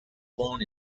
born